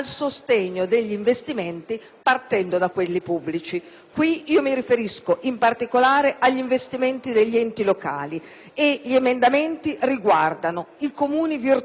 Io mi riferisco in particolare agli investimenti degli enti locali. Gli emendamenti riguardano i Comuni virtuosi, quelli che hanno rispettato il Patto di stabilità;